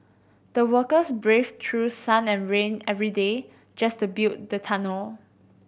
the workers braved through sun and rain every day just to build the tunnel